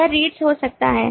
यह READS हो सकता है